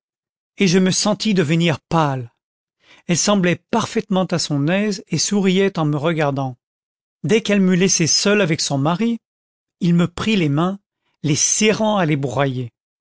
et je me sentis devenir pâle elle semblait parfaitement à son aise et souriait en me regardant dès qu'elle m'eut laissé seul avec son mari il me prit les mains les serrant à les broyer